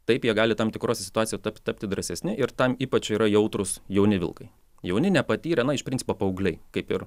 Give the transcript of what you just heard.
taip jie gali tam tikrose situacijoje tap tapti drąsesni ir tam ypač yra jautrūs jauni vilkai jauni nepatyrę na iš principo paaugliai kaip ir